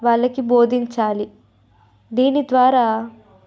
వాళ్ళకి బోధించాలి దీని ద్వారా